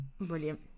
Brilliant